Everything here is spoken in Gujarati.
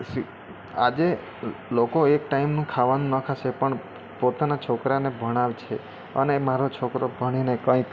આજે લો લોકો એક ટાઈમનું ખાવાનું ન ખાશે પણ પોતાના છોકરાને ભણાવશે અને મારો છોકરો ભણીને કંઈક